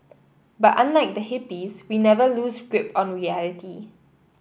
but unlike the hippies we never lose grip on reality